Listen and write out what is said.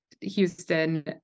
Houston